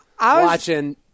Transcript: watching